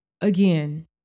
again